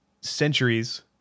centuries